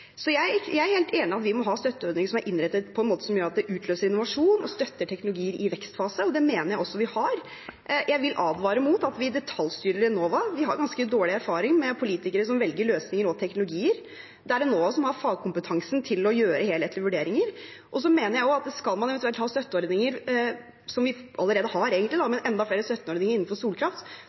Jeg er helt enig i at vi må ha støtteordninger som er innrettet på en måte som gjør at det utløser innovasjon og støtter teknologi i vekstfasen. Det mener jeg også vi har. Jeg vil advare mot at vi detaljstyrer Enova. Vi har ganske dårlig erfaring med politikere som velger løsninger og teknologier. Det er Enova som har fagkompetansen til å gjøre helhetlige vurderinger. Jeg mener også at skal man eventuelt ha støtteordninger – som vi allerede har, men enda flere støtteordninger innenfor solkraft